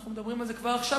אנחנו מדברים על זה כבר עכשיו,